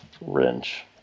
wrench